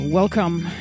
Welcome